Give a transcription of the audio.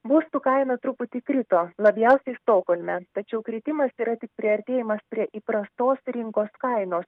būstų kaina truputį krito labiausiai stokholme tačiau kritimas yra tik priartėjimas prie įprastos rinkos kainos